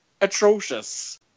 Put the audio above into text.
atrocious